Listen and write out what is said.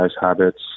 habits